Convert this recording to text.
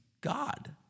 God